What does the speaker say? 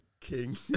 King